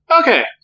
Okay